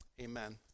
amen